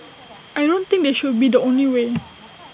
I don't think they should be the only way